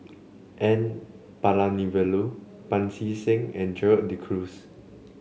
N Palanivelu Pancy Seng and Gerald De Cruz